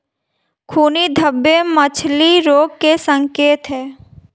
खूनी धब्बे मछली रोग के संकेत हैं